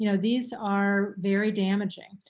you know these are very damaging.